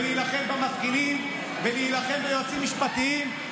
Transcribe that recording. בלהילחם במפגינים ולהילחם ביועצים משפטיים,